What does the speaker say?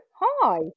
Hi